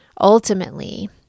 Ultimately